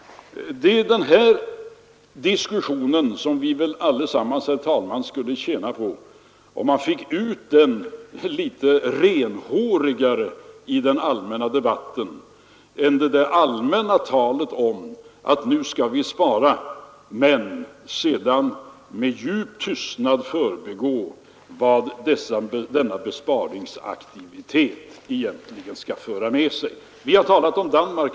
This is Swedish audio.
Vi skulle väl allesammans, herr talman, tjäna på om dessa sammanhang kom till uttryck litet renhårigare i den allmänna debatten än genom det där allmänna talet om att vi skall spara, varefter man sedan med djup tystnad förbigår vad denna besparingsaktivitet egentligen för med sig. Jag har nyss talat om Danmark.